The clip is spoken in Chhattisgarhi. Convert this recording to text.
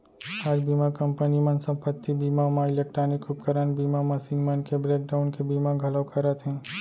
आज बीमा कंपनी मन संपत्ति बीमा म इलेक्टानिक उपकरन बीमा, मसीन मन के ब्रेक डाउन के बीमा घलौ करत हें